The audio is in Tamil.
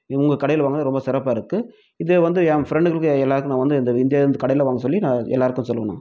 இவங்க கடையில் வாங்கினது ரொம்ப சிறப்பாக இருக்குது இது வந்து என் ஃப்ரண்டுகளுக்கு எல்லாருக்குமே நான் வந்து இந்த இந்த இந்த கடையில் வாங்க சொல்லி நான் எல்லாருக்கும் சொல்லுவேன் நான்